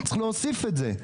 צריך להוסיף את זה.